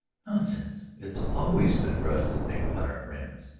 nonsense. it's always good for us to think about our friends.